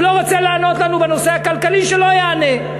הוא לא רוצה לענות לנו בנושא הכלכלי, שלא יענה.